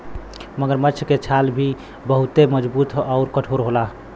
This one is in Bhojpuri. मगरमच्छ के छाल भी बहुते मजबूत आउर कठोर होला